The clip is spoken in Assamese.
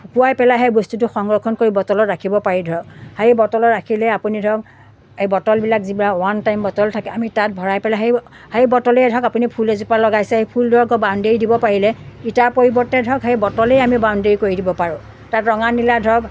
শুকুৱাই পেলাই সেই বস্তুটো সংৰক্ষণ কৰিব তলত ৰাখিব পাৰি ধৰক সেই বটলত ৰাখিলেই আপুনি ধৰক এই বটলবিলাক যিবিলাক ওৱান টাইম বটল থাকে আমি তাত ভৰাই পেলাই সেই সেই বটলেই ধৰক আপুনি ফুল এজোপা লগাইছে সেই ফুল ধৰক আকৌ বাউণ্ডেৰী দিব পাৰিলে ইটাৰ পৰিৱৰ্তে ধৰক সেই বটলেই আমি বাউণ্ডেৰী কৰি দিব পাৰোঁ তাত ৰঙা নীলা ধৰক